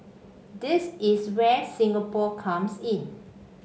this is where Singapore comes in